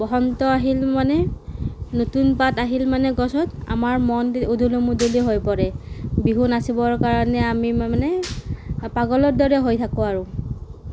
বসন্ত আহিল মানে নতুন পাত আহিল মানে গছত আমাৰ মন উদূলি মুদূলি হৈ পৰে বিহু নাচিবৰ কাৰণে আমি মানে পাগলৰ দৰে হৈ থাকোঁ আৰু